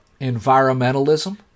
environmentalism